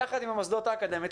יחד עם המוסדות האקדמיים,